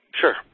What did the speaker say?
Sure